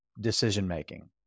decision-making